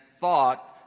thought